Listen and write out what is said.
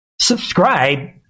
subscribe